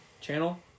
channel